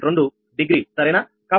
2 degree అవునా